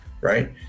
right